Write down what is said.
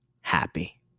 happy